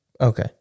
okay